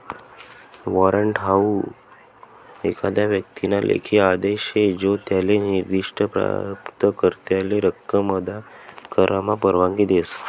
warrant हाऊ एखादा व्यक्तीना लेखी आदेश शे जो त्याले निर्दिष्ठ प्राप्तकर्त्याले रक्कम अदा करामा परवानगी देस